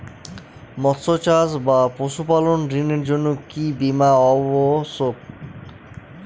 মৎস্য চাষ বা পশুপালন ঋণের জন্য কি বীমা অবশ্যক?